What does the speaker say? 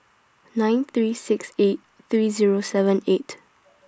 nine three six eight three Zero seven eight